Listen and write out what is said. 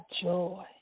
joy